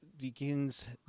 begins